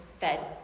fed